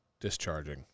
discharging